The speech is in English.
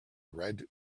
red